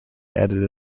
edited